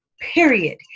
Period